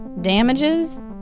Damages